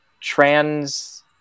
trans